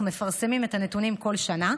אנחנו מפרסמים את הנתונים כל שנה.